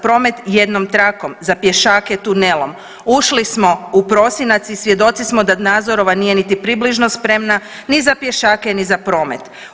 promet jednom trakom, za pješake tunelom, ušli u prosinac i svjedoci smo da Nazorova nije niti približno spremna ni za pješake, ni za promet.